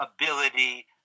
ability